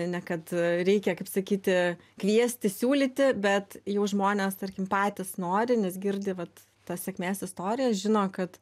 ne kad reikia kaip sakyti kviesti siūlyti bet jau žmonės tarkim patys nori nes girdi vat tas sėkmės istorijas žino kad